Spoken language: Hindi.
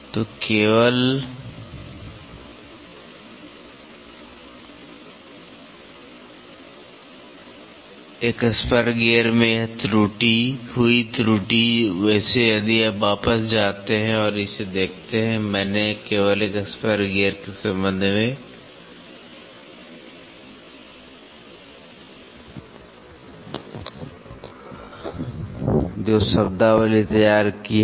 तो एक स्पर गियर में हुई त्रुटि वैसे यदि आप वापस जाते हैं और इसे देखते हैं तो मैंने केवल स्पर गियर के संबंध में जो शब्दावली तैयार की है